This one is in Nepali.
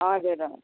हजुर